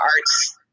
Arts